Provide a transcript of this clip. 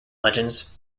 legends